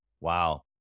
Wow